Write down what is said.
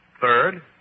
Third